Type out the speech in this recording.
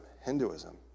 Hinduism